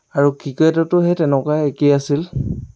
আৰু ক্ৰিকেটতো সেই তেনেকুৱা একেই আছিল